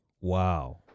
Wow